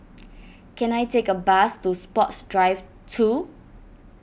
can I take a bus to Sports Drive two